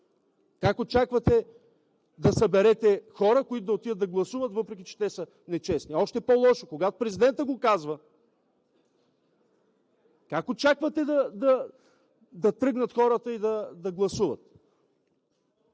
как очаквате да съберете хора, които да отидат да гласуват, въпреки че те са нечестни? Още по-лошо – когато президентът го казва, как очаквате да тръгнат хората и да гласуват?